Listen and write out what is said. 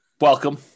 Welcome